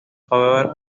however